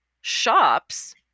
shops